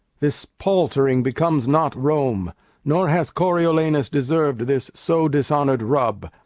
this palt'ring becomes not rome nor has coriolanus deserv'd this so dishonour'd rub,